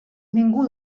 ningú